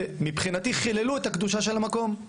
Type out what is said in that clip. מבחינתי חיללו את קדושת המקום.